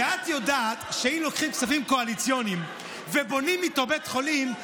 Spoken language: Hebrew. ואת יודעת שאם לוקחים כספים קואליציוניים ובונים איתם בית חולים,